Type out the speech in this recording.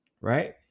Right